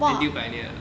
N_T_U pioneer